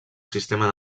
sistema